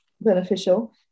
beneficial